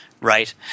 right